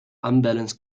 unbalanced